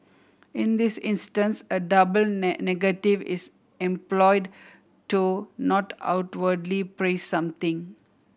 in this instance a double negative is employed to not outwardly praise something